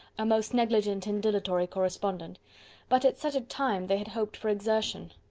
a most negligent and dilatory correspondent but at such a time they had hoped for exertion.